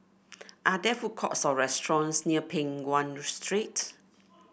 are there food courts or restaurants near Peng Nguan Street